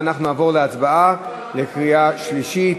ואנחנו נעבור להצבעה בקריאה שלישית.